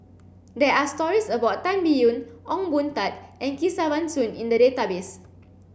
there are stories about Tan Biyun Ong Boon Tat and Kesavan Soon in the database